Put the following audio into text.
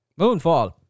Moonfall